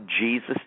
Jesus